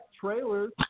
trailers